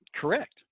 Correct